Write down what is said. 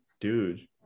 Dude